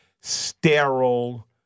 sterile